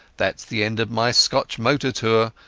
thatas the end of my scotch motor tour,